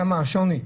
שם השוני?